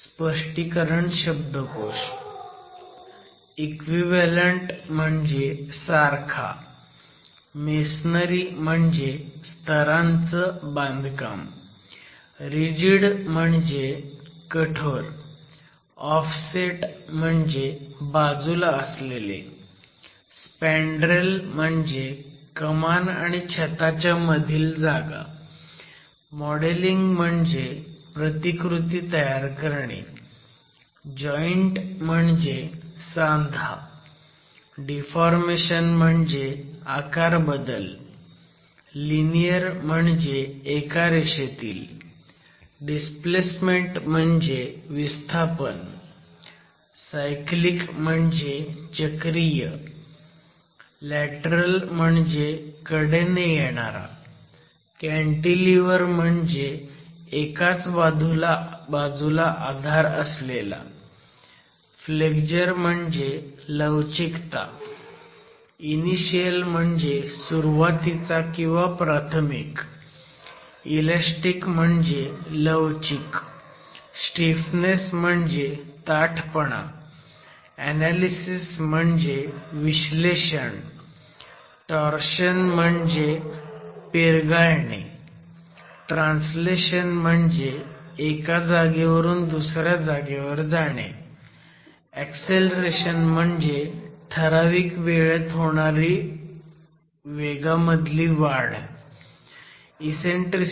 स्पष्टीकरण शब्दकोष